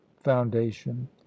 foundation